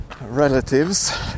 relatives